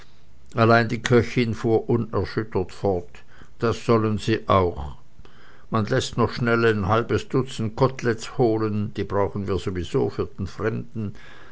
allein die köchin fuhr unerschüttert fort das sollen sie auch man läßt noch schnell ein halbes dutzend kotelettes holen die brauchen wir sowieso für den fremden